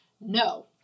no